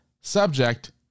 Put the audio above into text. Subject